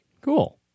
Cool